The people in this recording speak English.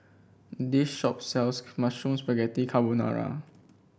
this shop sells Mushroom Spaghetti Carbonara